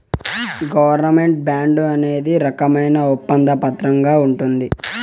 government bond అనేది రకమైన ఒప్పంద పత్రంగా ఉంటది